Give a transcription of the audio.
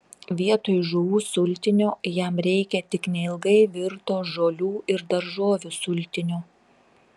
vietoj žuvų sultinio jam reikia tik neilgai virto žolių ir daržovių sultinio